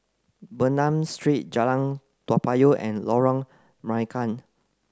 Bernam Street Jalan Toa Payoh and Lorong Marican